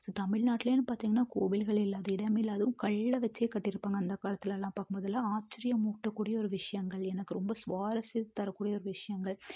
so தமிழ்நாட்டுலேன்னு பார்த்தீங்கனா கோவில்கள் இல்லாத இடமே இல்லை அதுவும் கல்லை வைச்சே கட்டியிருப்பாங்க அந்த காலத்துலலாம் பார்க்கும்போதெல்லாம் ஆச்சரியமூட்டக்கூடிய ஒரு விஷயங்கள் எனக்கு ரொம்ப சுவாரஸ்யம் தரக்கூடிய ஒரு விஷயங்கள்